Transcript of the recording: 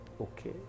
okay